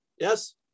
yes